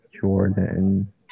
Jordan